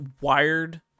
wired